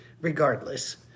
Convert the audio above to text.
regardless